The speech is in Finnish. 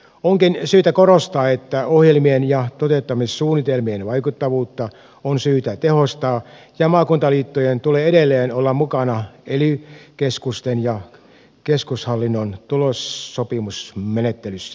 onkin syytä korostaa että ohjelmien ja toteuttamissuunnitelmien vaikuttavuutta on syytä tehostaa ja maakunnan liittojen tulee edelleen olla mukana ely keskusten ja keskushallinnon tulossopimusmenettelyssä